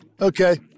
Okay